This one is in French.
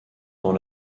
dans